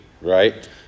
right